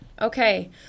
Okay